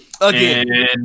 Again